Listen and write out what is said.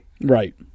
Right